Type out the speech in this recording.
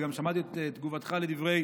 וגם שמעתי את תגובתך לדברי